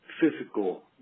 physical